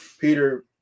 Peter